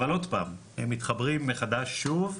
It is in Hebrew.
אבל עוד פעם, הם מתחברים מחדש שוב,